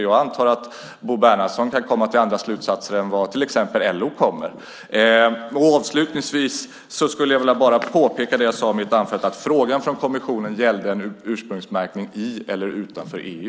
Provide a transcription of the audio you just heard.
Jag antar att Bo Bernhardsson kan komma till andra slutsatser än till exempel LO. Avslutningsvis skulle jag vilja påpeka det som jag också sade i mitt anförande, att frågan från kommissionen gällde ursprungsmärkning i eller utanför EU.